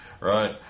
right